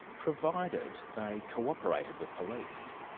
provided they cooperated with police.